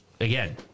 again